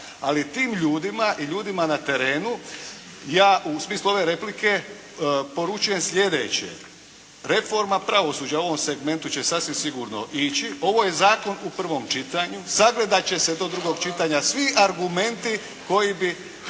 ali tim ljudima i ljudima na terenu ja u smislu ove replike poručujem slijedeće. Reforma pravosuđa u ovom segmentu će sasvim sigurno ići. Ovo je zakon u prvom čitanju. Sagledat će se to nakon čitanja svi argumenti koji bi